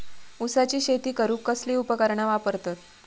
ऊसाची शेती करूक कसली उपकरणा वापरतत?